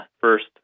first